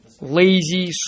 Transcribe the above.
lazy